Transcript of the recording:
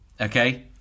Okay